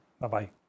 Bye-bye